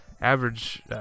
average